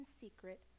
secret